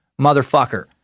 motherfucker